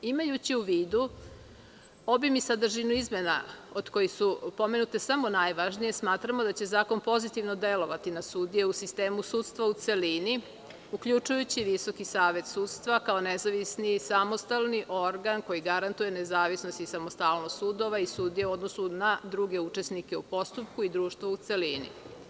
Imajući u vidu obim i sadržinu izmena, od kojih su pomenute samo najvažnije, smatramo da će zakon pozitivno delovati na sudije u sistemu sudstva u celini, uključujući i Visoki savet sudstva kao nezavisni i samostalni organ koji garantuje nezavisnost i samostalnost sudova i sudija u odnosu na druge učesnike u postupku i društvo u celini.